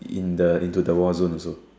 in the into the warzone also